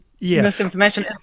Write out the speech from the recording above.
misinformation